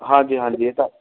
ਹਾਂਜੀ ਹਾਂਜੀ ਇਹ ਤਾਂ